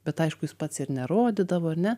bet aišku jis pats ir nerodydavo ar ne